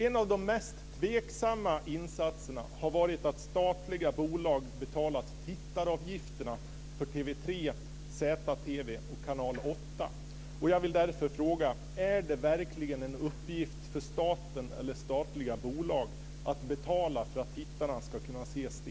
En av de mest tveksamma insatserna har varit att statliga bolag har betalat tittaravgifterna för TV 3, Z